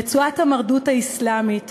רצועת המרדות האסלאמית,